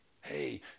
Hey